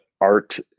art